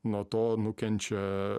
nuo to nukenčia